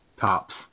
Tops